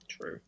True